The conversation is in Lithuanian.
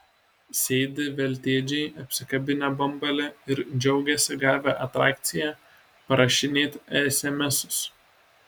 sėdi veltėdžiai apsikabinę bambalį ir džiaugiasi gavę atrakciją parašinėt esemesus